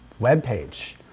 webpage